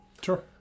Sure